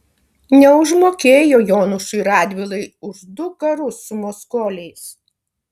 neužmokėjo jonušui radvilai už du karus su maskoliais